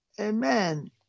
Amen